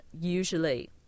usually